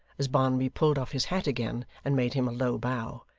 as barnaby pulled off his hat again and made him a low bow,